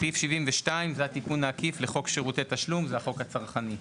סעיף 72 זהו התיקון העקיף לחוק שירותי תשלום; זהו החוק הצרכני.